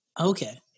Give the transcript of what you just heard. Okay